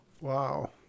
Wow